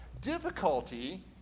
difficulty